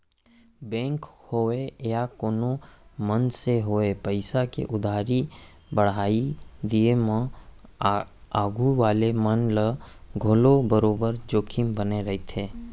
bank होवय या कोनों मनसे होवय पइसा के उधारी बाड़ही दिये म आघू वाले मन ल घलौ बरोबर जोखिम बने रइथे